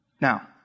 Now